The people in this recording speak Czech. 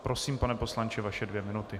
Prosím, pane poslanče, vaše dvě minuty.